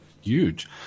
huge